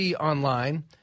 Online